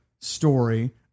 story